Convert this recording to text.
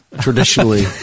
traditionally